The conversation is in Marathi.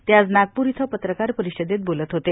ते आज नागपूर इथं पत्रकार परिषदेत बोलत होते